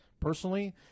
Personally